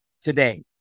today